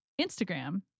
Instagram